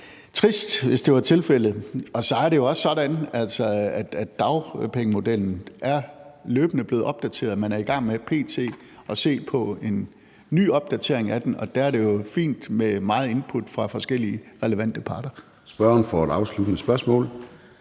trist, hvis det var tilfældet. Så er det jo også sådan, at dagpengemodellen løbende er blevet opdateret. Man er i gang med p.t. at se på en ny opdatering af den, og der er det jo fint med meget input fra forskellige relevante parter. Kl. 13:07 Formanden (Søren